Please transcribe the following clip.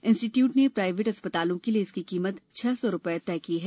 institute ने private अस्पतालों के लिए इसकी कीमत छह सौ रुपये तय की है